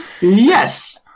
Yes